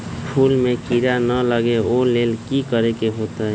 फूल में किरा ना लगे ओ लेल कि करे के होतई?